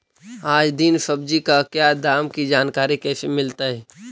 आज दीन सब्जी का क्या दाम की जानकारी कैसे मीलतय?